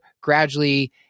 gradually